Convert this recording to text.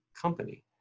company